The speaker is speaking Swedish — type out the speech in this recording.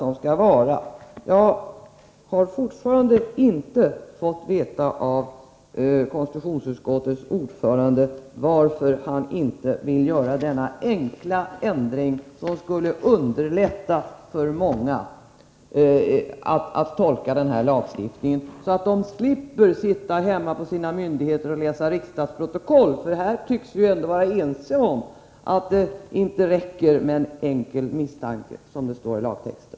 Jag har fortfarande inte av konstitutionsutskottets ordförande fått veta varför han inte vill göra denna enkla ändring, som skulle underlätta för många att tolka denna lagstiftning, så att de slipper sitta hemma på sina myndigheter och läsa riksdagsprotokoll. Här tycks vi ändå vara ense om att det inte räcker med en enkel misstanke, som det står i lagtexten.